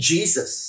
Jesus